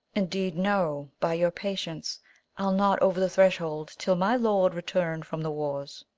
indeed, no, by your patience i'll not over the threshold till my lord return from the wars.